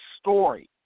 story